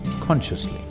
consciously